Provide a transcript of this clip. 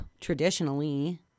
traditionally